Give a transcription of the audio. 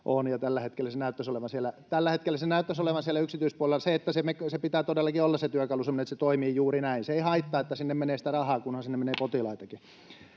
tällä hetkellä se näyttäisi olevan yksityispuolella. Sen työkalun pitää todellakin olla semmoinen, että se toimii juuri näin. Se ei haittaa, että sinne menee rahaa, kunhan sinne menee potilaitakin.